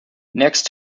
next